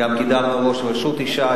גם קידמנו ראש רשות אשה,